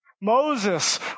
Moses